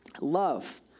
Love